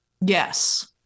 Yes